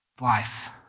life